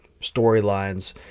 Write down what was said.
storylines